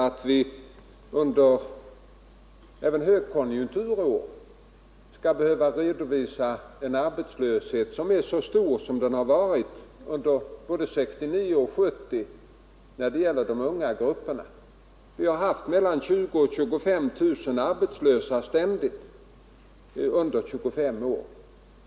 Att vi även under högkonjunkturår inom grupperna av unga skall behöva redovisa en arbetslöshet som är så stor som den var under både 1969 och 1970 kan inte tolereras. Vi har ständigt haft mellan 20 000 och 25 000 arbetslösa i åldrar under 25 år.